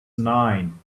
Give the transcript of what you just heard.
nine